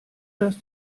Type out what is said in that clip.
das